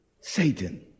Satan